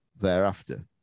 thereafter